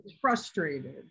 frustrated